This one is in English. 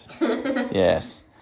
yes